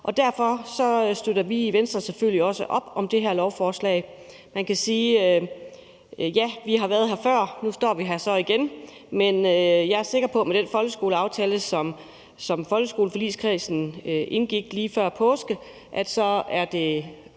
og derfor støtter vi i Venstre selvfølgelig også op om det her lovforslag. Man kan sige, at ja, vi har været her før, og nu står vi her så igen, men jeg er sikker på, at med den folkeskoleaftale, som folkeskoleforligskredsen indgik lige før påske, er det